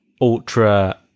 ultra